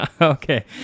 Okay